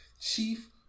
Chief